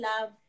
love